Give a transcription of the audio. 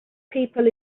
people